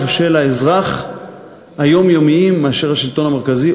היומיומיים של האזרח מאשר השלטון המרכזי,